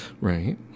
right